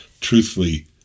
truthfully